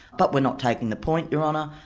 but we're not taking the point, your honour,